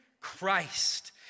Christ